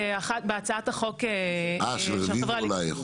הצעת החוק של חברי --- אה של רביבו אולי.